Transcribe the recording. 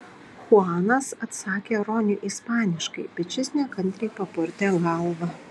chuanas atsakė roniui ispaniškai bet šis nekantriai papurtė galvą